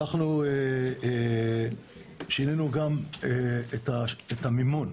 שינינו גם את המימון.